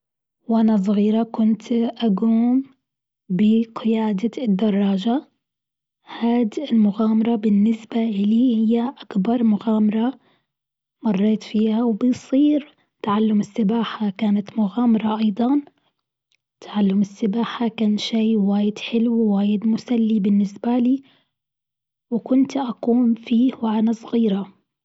وأنا صغيرة كنت أقوم بقيادة الدراجة، هاد المغامرة بالنسبة إلي هي أكبر مغامرة مريت فيها وبيصير تعلم السباحة كانت مغامرة أيضًا، تعلم السباحة كان شيء واجد حلو واجد مسلي بالنسبة لي وكنت أقوم فيه وأنا صغيرة.